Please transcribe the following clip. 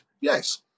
yes